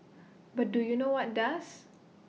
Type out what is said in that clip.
but do you know what does